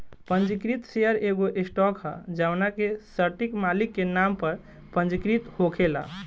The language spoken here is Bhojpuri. पंजीकृत शेयर एगो स्टॉक ह जवना के सटीक मालिक के नाम पर पंजीकृत होखेला